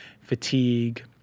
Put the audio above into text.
fatigue